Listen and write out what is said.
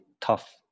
tough